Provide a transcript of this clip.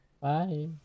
bye